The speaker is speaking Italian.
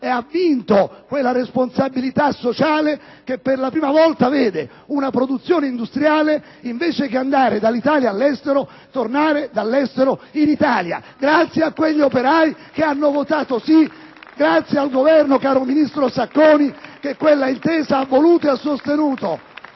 e ha vinto quella responsabilità sociale che per la prima volta vede una produzione industriale, invece che andare dall'Italia all'estero, tornare dall'estero in Italia. *(Applausi dal Gruppo PdL)*. Questo grazie a quegli operai che hanno votato sì e grazie al Governo, caro ministro Sacconi, che quell'intesa ha voluto e sostenuto.